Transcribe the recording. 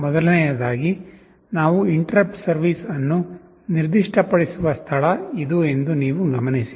ಮೊದಲನೆಯದಾಗಿ ನಾವು interrupt service ಅನ್ನು ನಿರ್ದಿಷ್ಟಪಡಿಸುವ ಸ್ಥಳ ಇದು ಎಂದು ನೀವು ಗಮನಿಸಿ